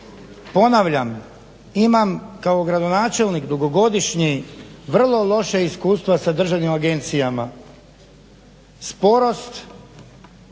Ponavljam, imam kao gradonačelnik dugogodišnje vrlo loše iskustvo sa državnim agencijama, sporost,